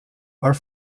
are